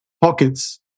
pockets